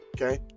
Okay